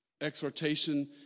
exhortation